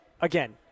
again